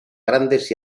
grandes